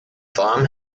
thom